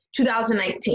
2019